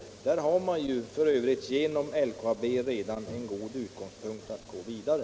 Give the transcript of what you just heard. Där har man ju f. ö. genom LKAB en god utgångspunkt för att gå vidare.